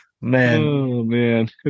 man